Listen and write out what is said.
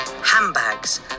Handbags